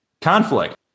conflict